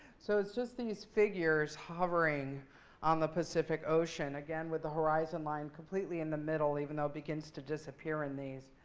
so it's just these figures hovering on the pacific ocean, again, with the horizon line completely in the middle, even though begins to disappear in these.